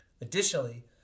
Additionally